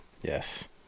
Yes